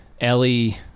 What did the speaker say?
Ellie